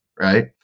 right